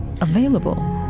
Available